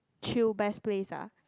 chill best place ah